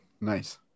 Nice